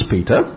Peter